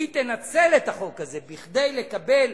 שתנצל את החוק הזה כדי לקבל